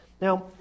Now